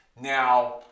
Now